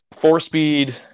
four-speed